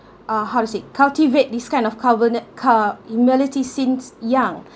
uh how to say cultivate this kind of covenant car immorality since young